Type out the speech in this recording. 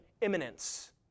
imminence